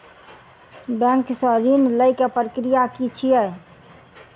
Bank सऽ ऋण लेय केँ प्रक्रिया की छीयै?